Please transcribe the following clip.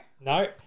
no